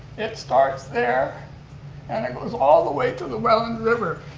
it starts there and it goes all the way to the welland river.